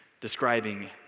describing